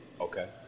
Okay